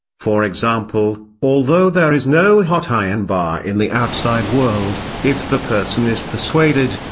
for example, although there is no hot iron bar in the outside world, if the person is persuaded,